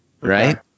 right